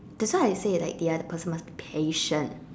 that's why I say like the other person must be patient